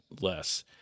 less